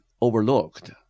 overlooked